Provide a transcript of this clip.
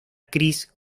chris